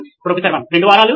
professor 1 2 వారాలు